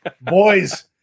boys